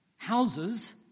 Houses